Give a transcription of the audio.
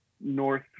north